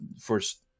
first